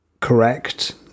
correct